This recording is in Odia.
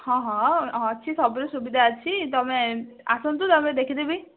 ହଁ ହଁ ଅଛି ସବୁର ସୁବିଧା ଅଛି ତୁମେ ଆସନ୍ତୁ ତା'ପରେ ଦେଖିଦେବି